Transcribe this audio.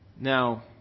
Now